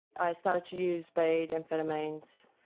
i started to use speed, amphetamines,